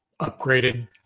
upgraded